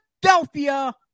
Philadelphia